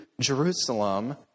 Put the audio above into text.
Jerusalem